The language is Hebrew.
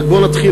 רק בוא ונתחיל,